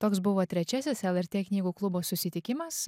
toks buvo trečiasis lrt knygų klubo susitikimas